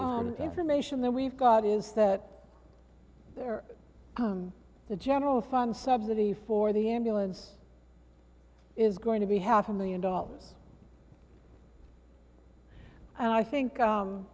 information that we've got is that the general fund subsidy for the ambulance is going to be half a million dollars and i think